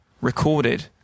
recorded